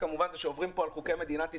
כמובן זה שעוברים פה על חוקי מדינת ישראל,